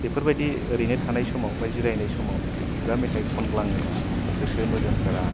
बेफोरबादि ओरैनो थानाय समाव बा जिरायनाय समाव खुगा मेथाइ खनग्लाङोब्ला गोसो मोदोम फोरा